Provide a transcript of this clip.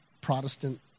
Protestant